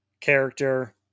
character